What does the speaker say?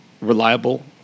reliable